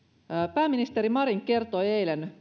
pääministeri marin kertoi eilen